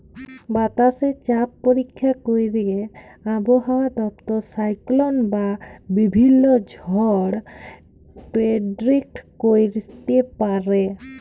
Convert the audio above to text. বাতাসে চাপ পরীক্ষা ক্যইরে আবহাওয়া দপ্তর সাইক্লল বা বিভিল্ল্য ঝড় পের্ডিক্ট ক্যইরতে পারে